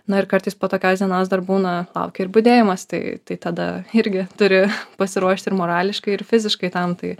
na ir kartais po tokios dienos dar būna laukia ir budėjimas tai tai tada irgi turi pasiruošti ir morališkai ir fiziškai ten tai